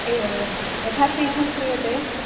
एवम् एवं यथा शीघ्रं क्रीयते